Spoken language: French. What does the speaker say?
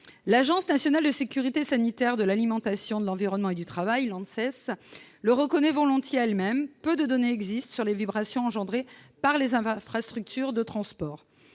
L'Agence nationale de sécurité sanitaire de l'alimentation, de l'environnement et du travail, l'Anses, le reconnaît volontiers elle-même : peu de données existent sur les vibrations engendrées par les infrastructures de transport.